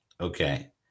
Okay